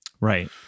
Right